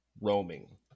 roaming